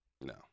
No